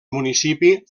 municipi